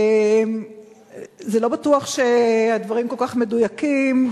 לא בטוח שהדברים כל כך מדויקים,